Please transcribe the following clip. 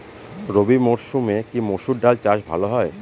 রবি মরসুমে কি মসুর ডাল চাষ ভালো হয়?